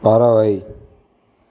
பறவை